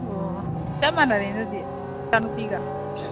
ꯑꯣ ꯆꯞ ꯃꯥꯟꯅꯔꯦꯅꯦ ꯑꯗꯨꯗꯤ ꯏꯆꯥꯅꯨꯄꯤꯒ